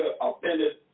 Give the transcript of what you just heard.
offended